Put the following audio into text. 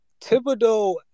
Thibodeau